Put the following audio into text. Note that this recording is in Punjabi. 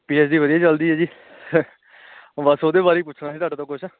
ਪੀ ਐੱਚ ਡੀ ਵਧੀਆ ਚਲਦੀ ਹੈ ਜੀ ਬਸ ਉਹਦੇ ਬਾਰੇ ਪੁੱਛਣਾ ਸੀ ਤੁਹਾਡੇ ਤੋਂ ਕੁਛ